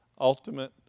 ultimate